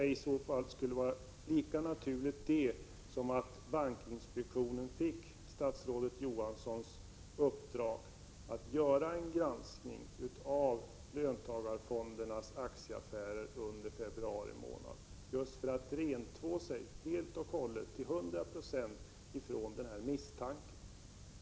Att göra på det sättet vore lika naturligt som att bankinspektionen får statsrådet Johanssons uppdrag att göra en granskning av löntagarfondernas aktieaffärer under februari månad. Fondernas verkställande direktörer skulle därigenom kunna rentvå sig till hundra procent från alla misstankar.